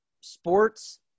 sports